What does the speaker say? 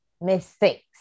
mistakes